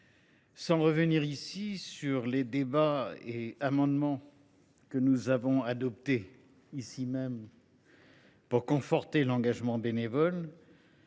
avons eus et sur les amendements que nous avons adoptés ici même pour conforter l’engagement bénévole,